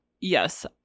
Yes